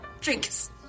drinks